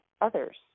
others